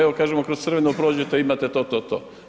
Evo kažemo kroz crveno prođete imate to, to, to.